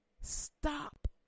Stop